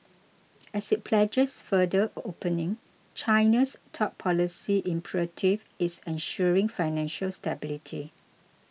as it pledges further opening China's top policy imperative is ensuring financial stability